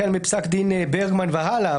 החל מפסק דין ברגמן והלאה,